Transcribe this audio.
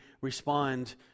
respond